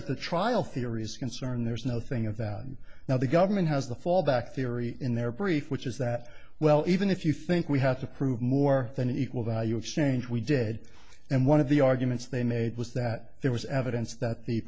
as the trial theories concerned there's nothing of that now the government has the fallback theory in their brief which is that well even if you think we have to prove more than equal value of strange we did and one of the arguments they made was that there was evidence that the